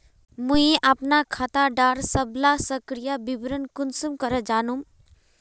मुई अपना खाता डार सबला सक्रिय विवरण कुंसम करे जानुम?